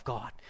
God